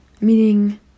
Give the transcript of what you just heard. Meaning